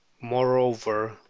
moreover